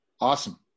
Awesome